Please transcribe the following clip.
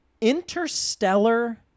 interstellar